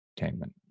entertainment